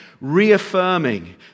reaffirming